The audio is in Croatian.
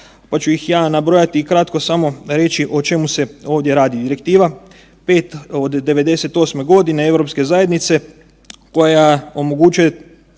pa ću ih ja nabrojati i kratko samo reći o čemu se ovdje radi. Direktiva 5/98 Europske zajednice koja omogućuje,